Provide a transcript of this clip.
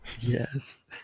Yes